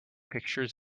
pictures